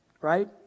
right